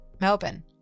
Melbourne